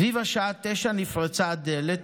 סביב השעה 09:00 נפרצה הדלת,